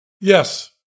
Yes